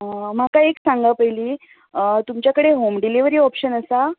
म्हाका एक सांगा पयली तुमच्या कडेन हॉम डिलीवरी ओपशन आसा